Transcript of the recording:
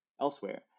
elsewhere